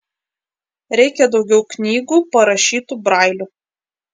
reikia daugiau knygų parašytų brailiu